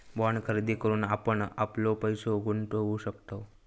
bond खरेदी करून आपण आपलो पैसो गुंतवु शकतव